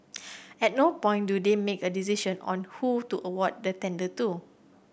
at no point do they make a decision on who to award the tender to